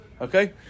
Okay